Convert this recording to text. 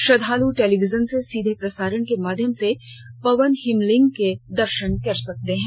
श्रद्वालु टेलीविजन से सीधे प्रसारण के माध्यम से पावन हिमलिंग के दर्शन कर सकते हैं